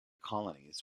colonies